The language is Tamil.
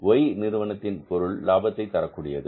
Y நிறுவனத்தின் பொருள் லாபத்தை தரக்கூடியது